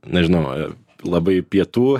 nežinau labai pietų